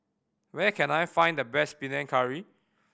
where can I find the best Panang Curry